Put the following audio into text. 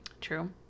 True